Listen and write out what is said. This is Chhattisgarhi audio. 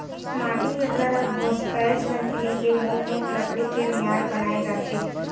माटी के घर ह भोसकय झन कहिके मोठ मोठ लकड़ी के मियार बनाए जाथे